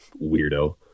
weirdo